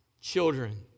children